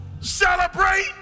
Celebrate